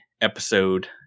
episode